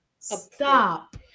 stop